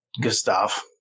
Gustav